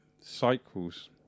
cycles